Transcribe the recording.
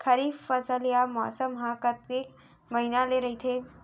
खरीफ फसल या मौसम हा कतेक महिना ले रहिथे?